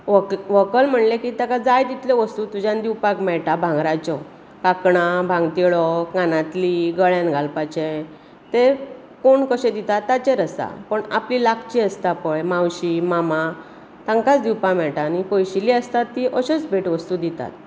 व्हक व्हंकल म्हणलें की ताका जाय तितल्यो वस्तू तुज्यान दिवपाक मेळटा भांगराच्यो कांकणां भांगतिळो कानांतलीं गळ्यांत घालपाचें तें कोण कशें दिता ताचेर आसा कोण आपलीं लागचीं आसता पळय मावशी मामा तांकांच दिवपा मेळटा न्ही पयशिल्लीं आसतात ती अश्योच भेटवस्तू दितात